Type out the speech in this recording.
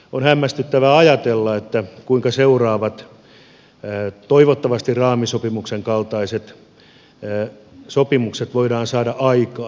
on hämmästyttävää ajatella kuinka seuraavat toivottavasti raamisopimuksen kaltaiset sopimukset voidaan saada aikaan